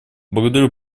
благодарю